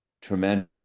tremendous